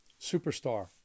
superstar